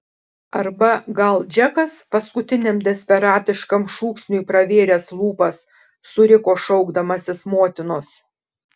arba gal džekas paskutiniam desperatiškam šūksniui pravėręs lūpas suriko šaukdamasis motinos